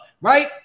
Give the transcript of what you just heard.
right